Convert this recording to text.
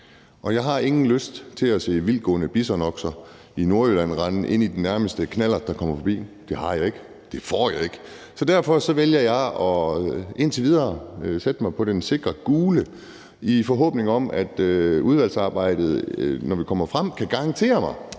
og jeg har ingen lyst til at se vildtgående bisonokser i Nordjylland rende ind i den nærmeste knallert, der kommer forbi – det har jeg ikke, og det får jeg ikke lyst til. Så derfor vælger jeg indtil videre at holde mig til den sikre gule knap i forhåbning om, at jeg i udvalgsarbejdet, når vi kommer til det, kan få en garanti